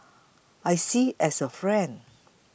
I see as a friend